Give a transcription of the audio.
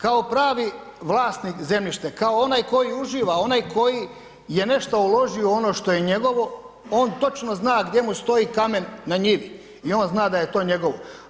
Kao pravi vlasnik zemljište, kao onaj koji uživa, onaj koji je nešto uložio u ono što je njegovo, on točno zna gdje mu stoji kamen na njivi i on zna da je to njegovo.